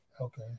Okay